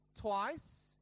twice